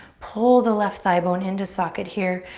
pull the left thigh bone into socket here.